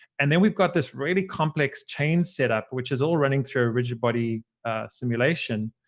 and then we've got this really complex chain setup which is all running through a rigid body simulation.